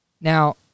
Now